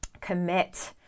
commit